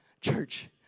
Church